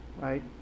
Right